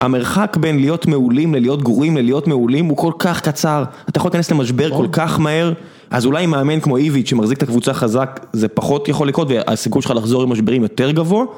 המרחק בין להיות מעולים ללהיות גרועים ללהיות מעולים הוא כל כך קצר. אתה יכול להיכנס למשבר כל כך מהר, אז אולי עם מאמן כמו איביץ' שמחזיק את הקבוצה חזק זה פחות יכול לקרות והסיכוי שלך לחזור ממשברים יותר גבוה.